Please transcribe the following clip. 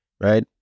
right